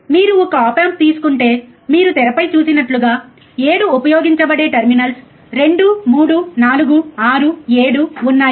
మీరు ఒక op amp తీసుకుంటే మీరు తెరపై చూసినట్లుగా 7 ఉపయోగించబడే టెర్మినల్స్ 2 3 4 6 7 ఉన్నాయి